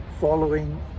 following